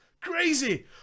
crazy